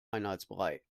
einheitsbrei